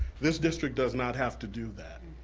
this district does not have to do that.